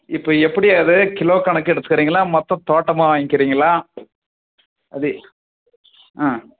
இப்போ எப்படி அது கிலோ கணக்கு எடுத்துக்கறீங்களா மொத்தம் தோட்டமாக வாங்கிக்கிறீங்களா அது